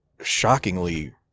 shockingly